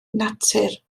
natur